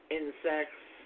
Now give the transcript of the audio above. insects